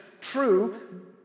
true